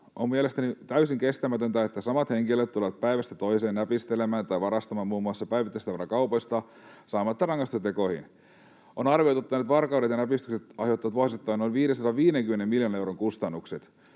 On mielestäni täysin kestämätöntä, että samat henkilöt tulevat päivästä toiseen näpistelemään tai varastamaan muun muassa päivittäistavarakaupoista saamatta rangaistusta teoista. On arvioitu, että varkaudet ja näpistykset aiheuttavat vuosittain noin 550 miljoonan euron kustannukset,